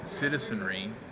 citizenry